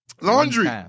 Laundry